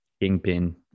kingpin